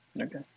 Okay